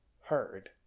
heard